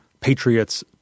patriots